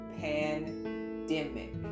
pandemic